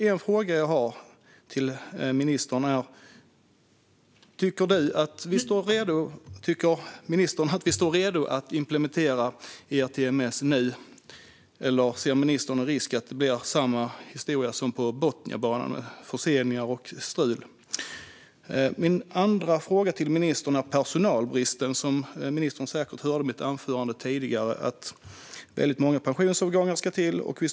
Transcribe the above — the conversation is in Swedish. En fråga som jag vill ställa till ministern är: Tycker ministern att vi är redo att implementera ERTMS nu eller ser han en risk med att det blir samma historia som för Botniabanan med förseningar och strul? Min andra fråga till ministern handlar om personalbristen. Som ministern hörde tog jag i mitt anförande upp de många pensionsavgångarna.